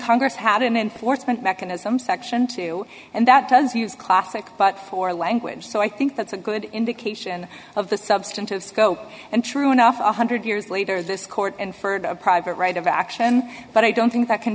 congress had an enforcement mechanism section two and that does use classic but for language so i think that's a good indication of the substantive scope and true enough one hundred years later this court and for a private right of action but i don't think that can